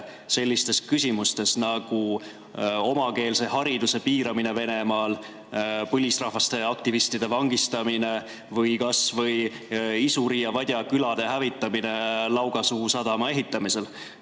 sellistes küsimustes nagu omakeelse hariduse piiramine Venemaal, põlisrahvaste aktivistide vangistamine või kas või isuri ja vadja külade hävitamine Laugasuu sadama ehitamisel.